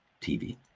TV